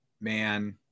man